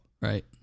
right